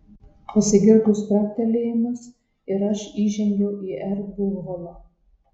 pasigirdo spragtelėjimas ir aš įžengiau į erdvų holą